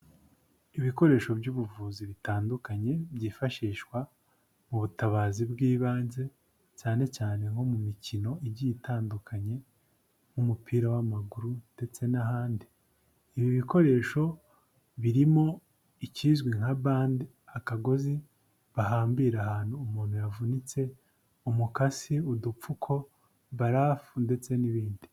Ibikoresho by'ubuvuzi bitandukanye byifashishwa mu butabazi bw'ibanze, cyane cyane nko mu mikino igiye itandukanye nk'umupira w'amaguru ndetse n'ahandi, ibi bikoresho birimo ikizwi nka bande akagozi bahambira ahantu umuntu yavunitse, umukasi, udupfuko, barafu ndetse n'ibindi.